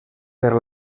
per